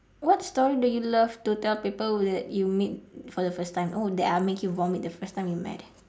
what story do you love to tell people that you meet for the first time oh that I make you vomit the first time we met